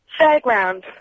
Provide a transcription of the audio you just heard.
Fairground